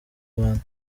rwanda